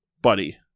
buddy